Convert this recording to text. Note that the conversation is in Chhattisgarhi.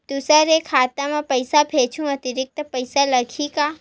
दूसरा के खाता म पईसा भेजहूँ अतिरिक्त पईसा लगही का?